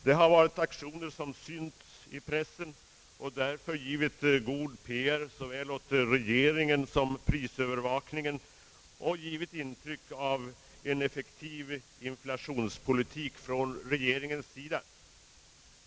Det har varit aktioner som synts i pressen och därför givit god PR åt såväl regeringen som prisövervakningen och som också har givit intryck av en effektiv inflationspolitik från regeringens sida.